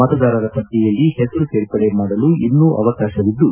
ಮತದಾರರ ಪಟ್ಟಿಯಲ್ಲಿ ಹೆಸರು ಸೇರ್ಪಡೆ ಮಾಡಲು ಇನ್ನೂ ಅವಕಾಶವಿದ್ದು